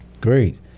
great